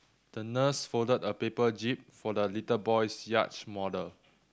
the nurse folded a paper jib for the little boy's yacht model